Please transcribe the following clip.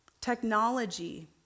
Technology